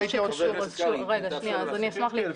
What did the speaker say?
שוב, אני אשמח להסביר.